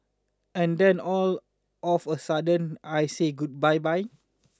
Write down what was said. and then all of a sudden I say good bye bye